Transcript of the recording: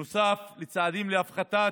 נוסף על צעדים להפחתת